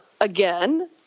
again